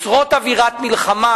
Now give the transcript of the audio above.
ההכרזות יוצרות אווירת מלחמה,